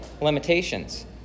limitations